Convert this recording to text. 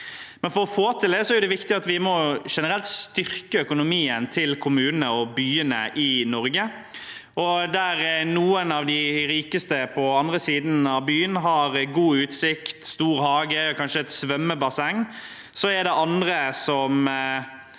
For å få til det er det viktig at vi generelt må styrke økonomien til kommunene og byene i Norge. Der noen av de rikeste på den andre siden av byen har god utsikt, stor hage og kanskje et svømmebasseng, er det andre som